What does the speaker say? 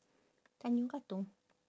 tanjong katong